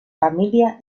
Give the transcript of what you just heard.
familia